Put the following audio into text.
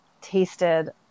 tasted